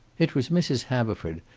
it was mrs. haverford,